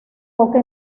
poca